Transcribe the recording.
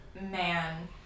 man